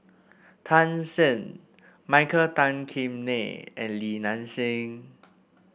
Tan Shen Michael Tan Kim Nei and Li Nanxing